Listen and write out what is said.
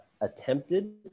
attempted